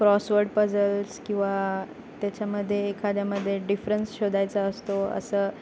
crossword puzzles किंवा त्याच्यामध्ये एखाद्यामध्ये डिफरन्स शोधायचा असतो असं